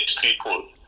people